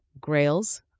Grails